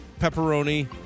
pepperoni